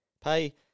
pay